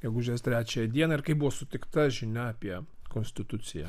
gegužės trečiąją dieną ir kaip buvo sutikta žinia apie konstituciją